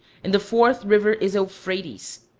and the fourth river is euphrates.